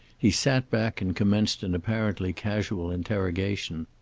he sat back and commenced an apparently casual interrogation.